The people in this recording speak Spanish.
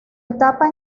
etapa